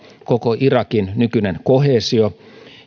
koko irakin nykyinen koheesio